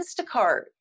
Instacart